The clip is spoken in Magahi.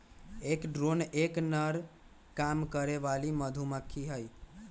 एक ड्रोन एक नर काम करे वाली मधुमक्खी हई